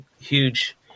Huge